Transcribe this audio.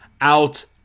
out